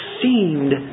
seemed